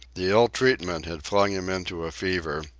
the ill treatment had flung him into a fever,